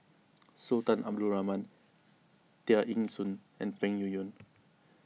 Sultan Abdul Rahman Tear Ee Soon and Peng Yuyun